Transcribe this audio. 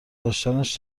داشتنش